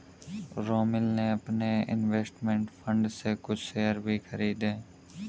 रोमिल ने अपने investment fund से कुछ शेयर भी खरीदे है